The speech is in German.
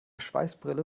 schweißbrille